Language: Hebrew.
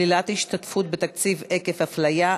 שלילת השתתפות בתקציב עקב אפליה),